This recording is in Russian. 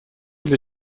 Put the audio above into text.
для